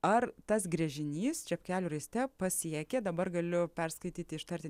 ar tas gręžinys čepkelių raiste pasiekė dabar galiu perskaityti ištarti